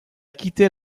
quitté